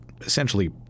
essentially